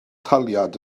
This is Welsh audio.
taliad